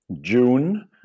June